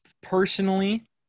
personally